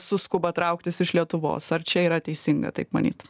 suskuba trauktis iš lietuvos ar čia yra teisinga taip manyt